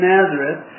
Nazareth